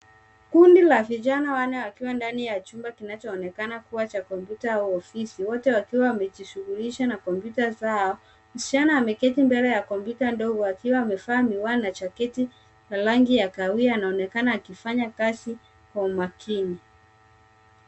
Kundi la vijana wanne wakiwa ndani ya chumba kinachoonekana kuwa cha kompyuta au ofisi, wote wakiwa wamejishughulisha na kompyuta zao. Msichana ameketi mbele ya kompyuta ndogo, akiwa amevaa miwani na jaketi ya rangi ya kahawia na anaonekana akifanya kazi kwa umakini.